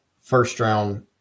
first-round